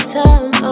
time